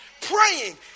praying